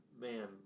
man